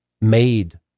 made